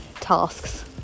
tasks